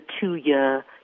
two-year